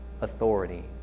authority